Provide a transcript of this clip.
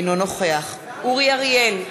אינו נוכח אורי אריאל,